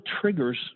triggers